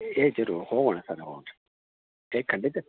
ಹೇ ಜರೂರು ಹೋಗೋಣ ಸರ್ ನಾವು ಹೇ ಖಂಡಿತ